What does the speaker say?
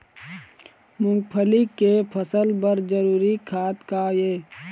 मूंगफली के फसल बर जरूरी खाद का ये?